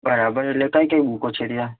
બરાબર એટલે કઈ કઈ બૂકો છે ત્યાં